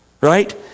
Right